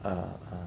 uh